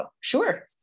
sure